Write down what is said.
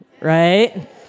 Right